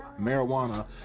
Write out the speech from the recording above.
marijuana